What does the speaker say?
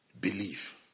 believe